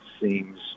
seems